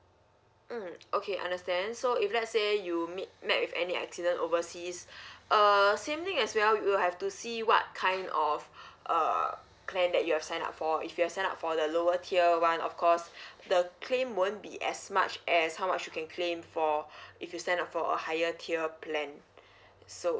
mm okay understand so if let's say you meet met with any accident overseas err same thing as well you'll have to see what kind of uh plan that your're sign up for if you sign up for the lower tier one of course the claim won't be as much as how much you can claim for if you sign up for a higher tier a plan so